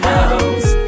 House